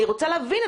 אני רוצה להבין,